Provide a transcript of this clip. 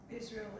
Israel